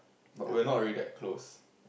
but we're not really that close